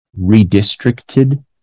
redistricted